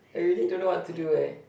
I really don't know what to do eh